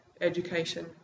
education